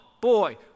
boy